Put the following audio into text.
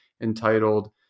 entitled